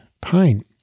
pain